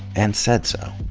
and said so.